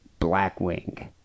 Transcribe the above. Blackwing